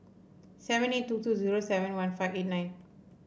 seven eight two two zero seven one five eight nine